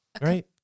Right